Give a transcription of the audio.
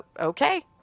okay